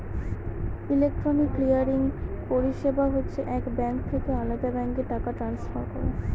electronic clearing পরিষেবা হচ্ছে এক ব্যাঙ্ক থেকে আলদা ব্যাঙ্কে টাকা ট্রান্সফার করা